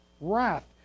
wrath